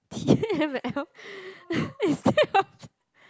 T M L instead of